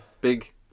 big